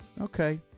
okay